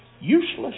useless